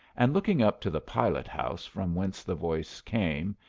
and looking up to the pilot-house from whence the voice came,